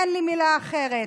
אין לי מילה אחרת.